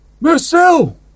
Marcel